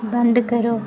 बंद करो